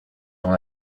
dans